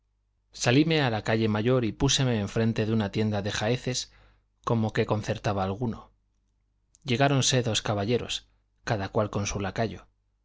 salíme a la calle mayor y púseme enfrente de una tienda de jaeces como que concertaba alguno llegáronse dos caballeros cada cual con su lacayo